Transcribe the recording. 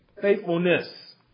faithfulness